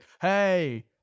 hey